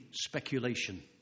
speculation